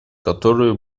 которые